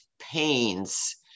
pains